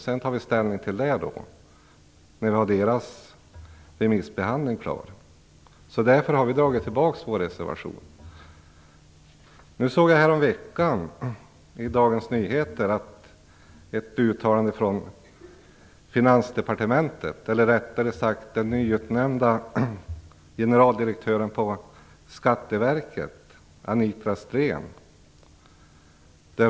Man bör ta ställning när deras remissbehandling är klar. Därför har vi dragit tillbaks vår reservation. Jag såg häromveckan i Dagens Nyheter ett uttalande från Finansdepartementet, eller rättare sagt från den nyutnämnda generaldirektören på Riksskatteverket Anitra Steen.